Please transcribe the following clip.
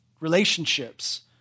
relationships